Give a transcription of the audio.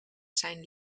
zijn